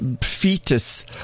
fetus